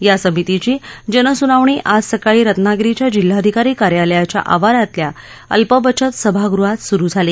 या समितीची जनसूनावणी आज सकाळी रत्नागिरीच्या जिल्हाधिकारी कार्यालयाच्या आवारातल्या अल्पबचत सभागृहात सुरू झाली